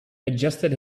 adjusted